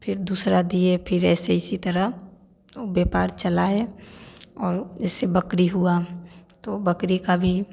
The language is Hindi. फिर दूसरा दिए फिर ऐसे इसी तरह और व्यापार चला है और जैसे बकरी हुआ तो बकरी का भी